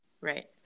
Right